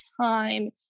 time